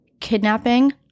kidnapping